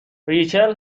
ریچل